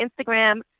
Instagram